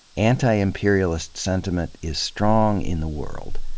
anti-imperialist sentiment is strong in the world,